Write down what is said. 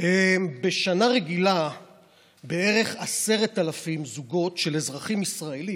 בשנה רגילה בערך 10,000 זוגות של אזרחים ישראלים,